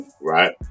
Right